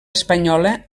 espanyola